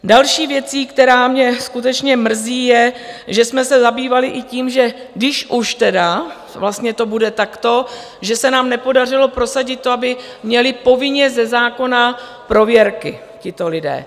Další věcí, která mě skutečně mrzí, je, že jsme se zabývali i tím, že když už tedy to bude takto, že se nám nepodařilo prosadit to, aby měli povinně ze zákona prověrky tito lidé.